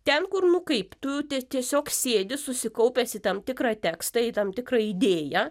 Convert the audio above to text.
ten kur nu kaip tu tie tiesiog sėdi susikaupęs į tam tikrą tekstą į tam tikrą idėją